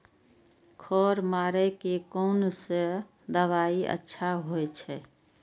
खर मारे के कोन से दवाई अच्छा होय छे?